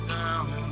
down